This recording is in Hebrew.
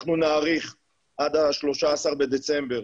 אנחנו נאריך עד ה-13 בדצמבר